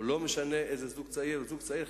ולא משנה באיזה זוג צעיר מדובר.